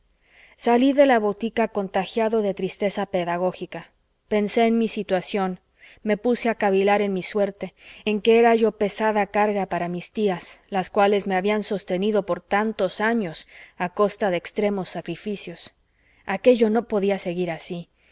salí de la botica contagiado de tristeza pedagógica pensé en mi situación me puse a cavilar en mi suerte en que era yo pesada carga para mis tías las cuales me habían sostenido por tantos años a costa de extremos sacrificios aquello no podía seguir así